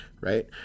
Right